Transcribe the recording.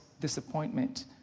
disappointment